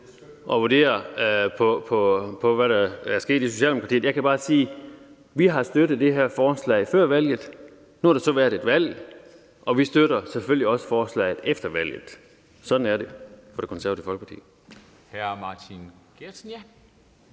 at vurdere på, hvad der er sket i Socialdemokratiet. Jeg kan bare sige, at vi har støttet det her forslag før valget. Nu har der så været et valg, og vi støtter selvfølgelig også forslaget efter valget. Sådan er det for Det Konservative Folkeparti.